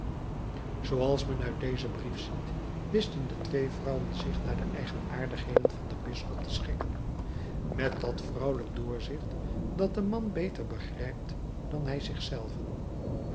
zooals men uit dezen brief ziet wisten de twee vrouwen zich naar de eigenaardigheden van den bisschop te schikken met dat vrouwelijk doorzicht dat den man beter begrijpt dan hij zich zelven